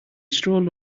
strolled